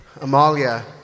Amalia